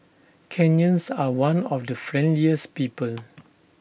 Kenyans are one of the friendliest people